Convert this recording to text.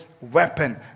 weapon